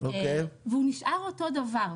והוא נשאר אותו דבר,